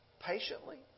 patiently